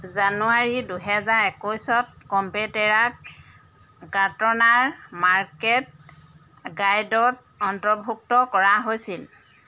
জানুৱাৰী দুহেজাৰ একৈছত কম্পেটেৰাক গাৰ্টনাৰ মাৰ্কেট গাইডত অন্তৰ্ভুক্ত কৰা হৈছিল